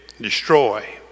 destroy